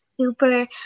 super